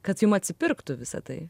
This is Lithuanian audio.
kad jum atsipirktų visa tai